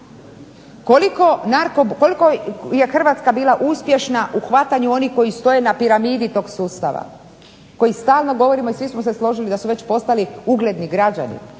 Koliko je Hrvatska bila uspješna u hvatanju onih koji stoje na piramidi tog sustav, koji stalno govorimo i svi smo se složili da su već postali ugledni građani,